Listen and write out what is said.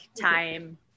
time